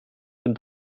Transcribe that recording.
dem